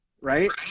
Right